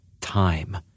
time